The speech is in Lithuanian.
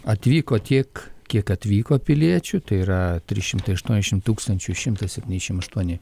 atvyko tiek kiek atvyko piliečių tai yra trys šimtai aštuoniasdešim tūkstančių šimtas septyniasdešim aštuoni